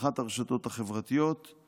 באחת הרשתות החברתיות הוא